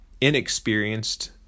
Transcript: inexperienced